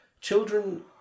children